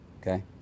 okay